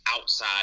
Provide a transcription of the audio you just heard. outside